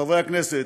חברי הכנסת,